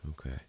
okay